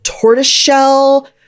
tortoiseshell